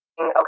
okay